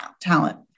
talent